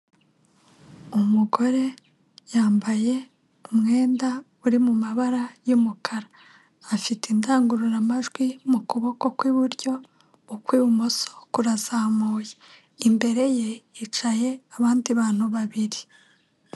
Umugore yambaye umwenda uri mu mabara y'umukara, afite indangururamajwi mu kuboko kw'iburyo, ukw'ibumoso kurazamuye. Imbere ye hicaye abandi bantu babiri.